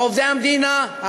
ועובדי המדינה,